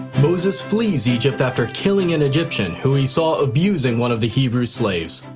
moses flees egypt after killing an egyptian who he saw abusing one of the hebrew slaves.